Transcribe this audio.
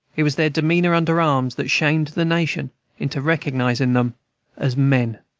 it was their demeanor under arms that shamed the nation into recognizing them as men.